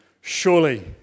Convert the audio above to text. surely